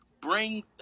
bring